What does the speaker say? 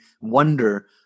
wonder